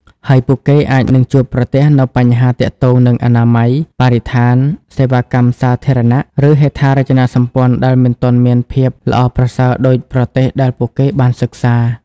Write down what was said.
ហើយពួកគេអាចនឹងជួបប្រទះនូវបញ្ហាទាក់ទងនឹងអនាម័យ បរិស្ថាន សេវាកម្មសាធារណៈ ឬហេដ្ឋារចនាសម្ព័ន្ធដែលមិនទាន់មានភាពល្អប្រសើរដូចប្រទេសដែលពួកគេបានសិក្សា។